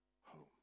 home